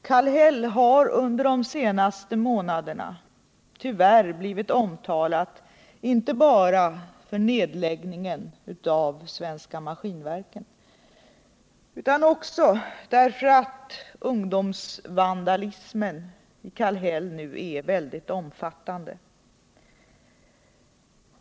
Kallhäll har under de senaste månaderna tyvärr blivit omtalat inte bara för nedläggningen av Svenska Maskinverken utan också därför att ungdomsvandalismen i Kallhäll nu är mycket omfattande.